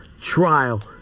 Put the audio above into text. trial